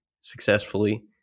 successfully